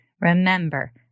remember